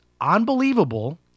unbelievable